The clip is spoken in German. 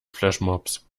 flashmobs